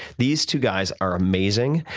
these two guys are amazing.